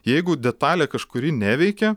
jeigu detalė kažkuri neveikia